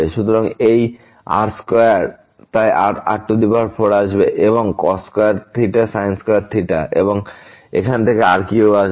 সুতরাং এটি r2তাই r4 আসবে এবং cos2sin2 এবং এখান থেকে r3 আসবে